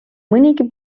mõnigi